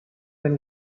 been